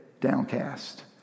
downcast